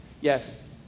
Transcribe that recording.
Yes